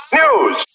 news